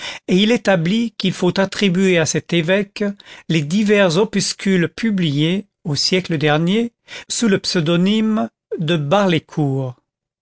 et il établit qu'il faut attribuer à cet évêque les divers opuscules publiés au siècle dernier sous le pseudonyme de